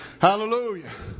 Hallelujah